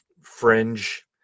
Fringe